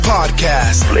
Podcast